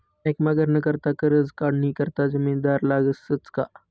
बँकमा घरनं करता करजं काढानी करता जामिनदार लागसच का